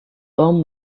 tom